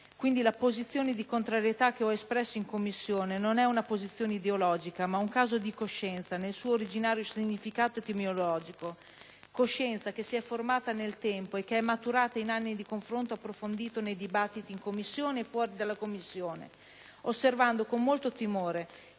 Quindi, la mia posizione di contrarietà al testo in esame, che ho già espresso in Commissione, non è per una posizione ideologica, ma un caso di coscienza nel suo originario significato etimologico; coscienza che si è formata nel tempo ed è maturata in anni di confronto approfondito nei dibattiti in Commissione e, fuori dalla Commissione, osservando con molto timore